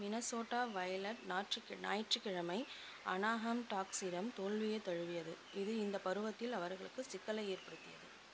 Minnesota Wild ஞாற்றுக்கி ஞாயிற்றுக்கிழமை Anaheim டாக்ஸிடம் தோல்வியைத் தழுவியது இது இந்த பருவத்தில் அவர்களுக்கு சிக்கலை ஏற்படுத்தியது